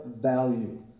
value